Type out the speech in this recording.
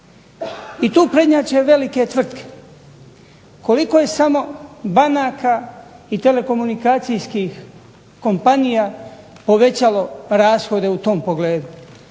I tu prednjače velike tvrtke, koliko je samo banaka i telekomunikacijskih kompanija povećalo rashode u tom pogledu.